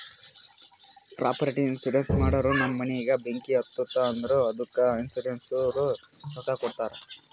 property insurance ಮಾಡೂರ್ ನಮ್ ಮನಿಗ ಬೆಂಕಿ ಹತ್ತುತ್ತ್ ಅಂದುರ್ ಅದ್ದುಕ ಇನ್ಸೂರೆನ್ಸನವ್ರು ರೊಕ್ಕಾ ಕೊಡ್ತಾರ್